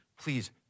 Please